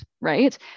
right